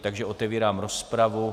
Takže otevírám rozpravu.